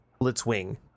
Blitzwing